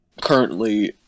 currently